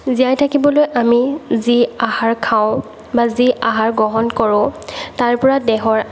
জীয়াই থাকিবলৈ আমি যি আহাৰ খাওঁ বা যি আহাৰ গ্ৰহণ কৰোঁ তাৰ পৰা দেহৰ